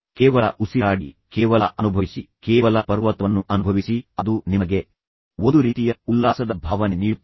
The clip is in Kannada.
ಕೇವಲ ಉಸಿರಾಡಿ ಕೇವಲ ಅನುಭವಿಸಿ ಕೇವಲ ಪರ್ವತವನ್ನು ಅನುಭವಿಸಿ ಅದು ನಿಮಗೆ ಒಂದು ರೀತಿಯ ಉಲ್ಲಾಸದ ಭಾವನೆ ನೀಡುತ್ತದೆ